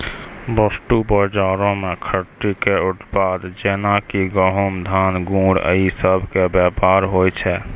वस्तु बजारो मे खेती के उत्पाद जेना कि गहुँम, धान, गुड़ इ सभ के व्यापार होय छै